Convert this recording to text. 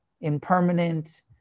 impermanent